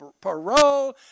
parole